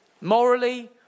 Morally